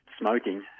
smoking